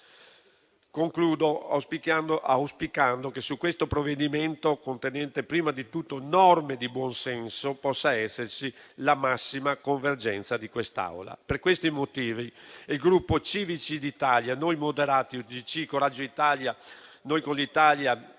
Concludo, auspicando che su questo provvedimento, contenente prima di tutto norme di buon senso, possa esservi la massima convergenza di quest'Assemblea. Per questi motivi, il Gruppo Civici d'Italia-Noi Moderati (UDC-Coraggio Italia-Noi con l'Italia-Italia